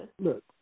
look